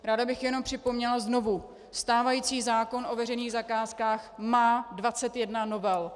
Ráda bych jenom připomněla znovu: Stávající zákon o veřejných zakázkách má 21 novel.